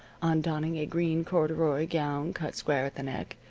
on donning a green corduroy gown cut square at the neck,